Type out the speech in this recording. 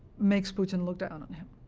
makes putin look down on him.